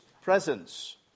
presence